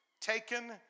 Taken